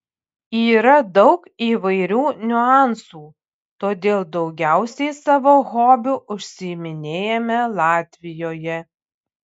yra daug įvairių niuansų todėl daugiausiai savo hobiu užsiiminėjame latvijoje